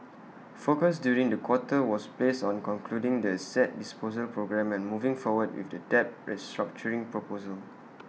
focus during the quarter was placed on concluding the asset disposal programme and moving forward with the debt restructuring proposal